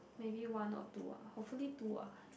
maybe one or two ah hopefully two ah